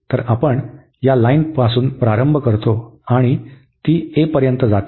तर आपण या लाईनपासून प्रारंभ करतो आणि ती a पर्यंत जाते